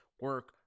Work